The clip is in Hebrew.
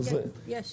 כן, יש.